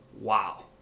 Wow